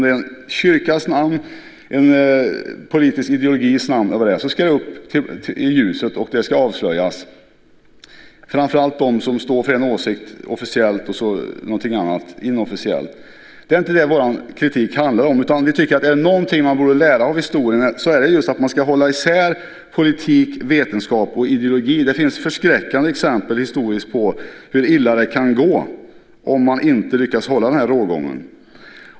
Det kan vara i en kyrkas namn, en politisk ideologis namn eller vad det kan vara. Det ska upp i ljuset och avslöjas. Det gäller framför allt dem som står för en åsikt officiellt och någonting annat inofficiellt. Det är inte vad vår kritik handlar om. Är det någonting man borde lära av historien är det just att man ska hålla isär politik, vetenskap och ideologi. Det finns förskräckande exempel i historien på hur illa det kan gå om man inte lyckas hålla rågången.